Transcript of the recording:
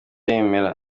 yemera